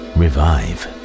revive